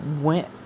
went